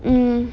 mm